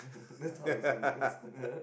that's how the song goes yeah